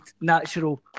natural